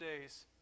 days